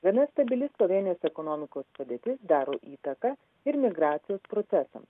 ir nestabili slovėnijos ekonomikos padėtis daro įtaką ir migracijos procesams